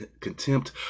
contempt